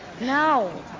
no